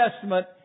Testament